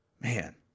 Man